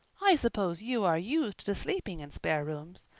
i suppose you are used to sleeping in spare rooms.